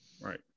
right